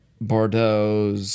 Bordeaux